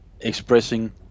expressing